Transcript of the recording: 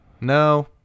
No